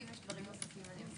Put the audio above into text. ואם יש דברים נוספים אני אבדוק.